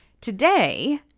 Today